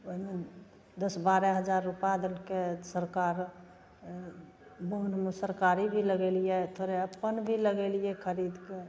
कहियौ ने दश बारह हजार रुपा देलकै सरकार अहाँ बोनमे सरकारीभी लगेलियै थोड़े अपन भी लगेलियै खरीदके